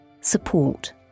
support